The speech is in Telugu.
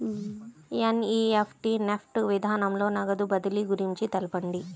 ఎన్.ఈ.ఎఫ్.టీ నెఫ్ట్ విధానంలో నగదు బదిలీ గురించి తెలుపండి?